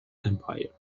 empire